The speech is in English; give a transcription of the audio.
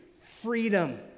freedom